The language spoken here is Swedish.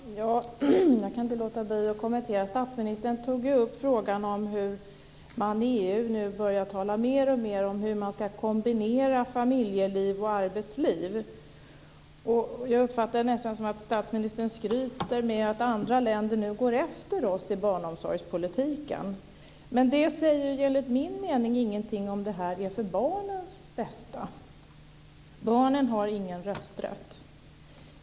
Fru talman! Jag kan inte låta bli att kommentera. Statsministern tog upp frågan om hur man inom EU nu börjar talar alltmer om hur man ska kombinera familjeliv och arbetsliv. Jag uppfattade det nästan som att statsministern skryter med att andra länder nu går efter oss i barnomsorgspolitiken. Det säger enligt min mening ingenting om det är för barnens bästa. Barnen har ingen rösträtt.